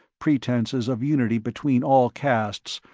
pretenses of unity between all castes,